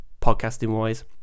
podcasting-wise